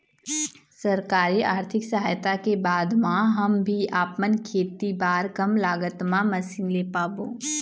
सरकारी आरथिक सहायता के बाद मा हम भी आपमन खेती बार कम लागत मा मशीन ले पाबो?